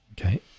Okay